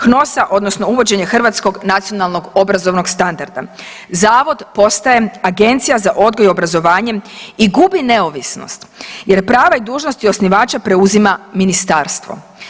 HNOS-a odnosno uvođenje Hrvatskog nacionalnog obrazovnog standarda zavod postaje Agencija za odgoj i obrazovanje i gubi neovisnost jer prava i dužnosti osnivača preuzima ministarstvo.